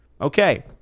okay